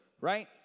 right